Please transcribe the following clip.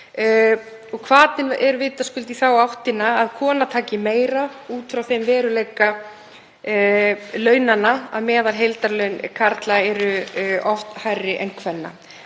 Hvatinn er vitaskuld í þá áttina að kona taki meira út frá þeim veruleika að meðalheildarlaun karla eru oft hærri en kvenna.